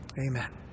Amen